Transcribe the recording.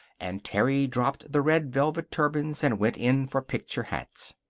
and terry dropped the red velvet turbans and went in for picture hats.